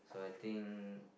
so I think